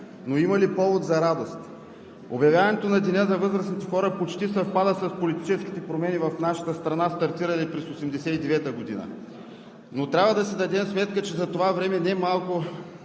Но има ли повод за радост? Обявяването на Деня за възрастните хора почти съвпада с политическите промени в нашата страна, стартирали през 1989 г., и трябва да си дадем сметка, че за това немалко